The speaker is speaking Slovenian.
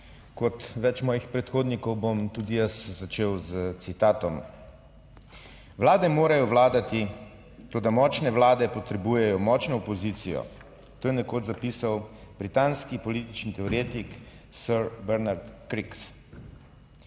Kot več mojih predhodnikov, bom tudi jaz začel s citatom: Vlade morajo vladati, toda močne vlade potrebujejo močno opozicijo. To je nekoč zapisal britanski politični teoretik Sir Bernard Crick.